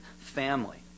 family